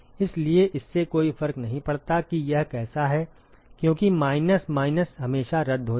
इसलिए इससे कोई फर्क नहीं पड़ता कि यह कैसा है क्योंकि माइनस माइनस हमेशा रद्द हो जाएगा